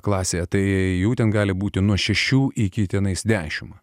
klasėje tai jų ten gali būti nuo šešių iki tenais dešimt